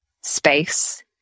space